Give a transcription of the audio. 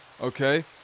Okay